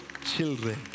children